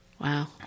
Wow